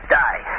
die